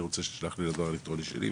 אני רוצה שתשלח לי לדואר אלקטרוני שלי,